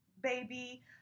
baby